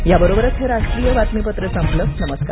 याबरोबरच हे राष्ट्रीय बातमीपत्र संपलं नमस्कार